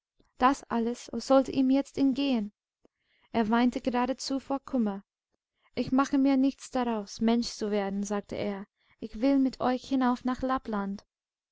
an abenteuerundfreiheitundreisenhochobenüberdererde dasallessollte ihm jetzt entgehen er weinte geradezu vor kummer ich mache mir nichts daraus mensch zu werden sagte er ich will mit euch hinauf nach